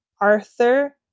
Arthur